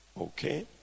Okay